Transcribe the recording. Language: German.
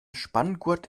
spanngurt